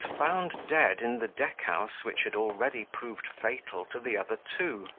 and was found dead in the deck-house which had already proved fatal to the other two.